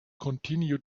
continue